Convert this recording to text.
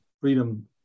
freedom